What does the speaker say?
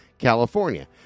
California